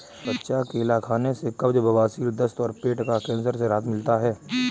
कच्चा केला खाने से कब्ज, बवासीर, दस्त और पेट का कैंसर से राहत मिलता है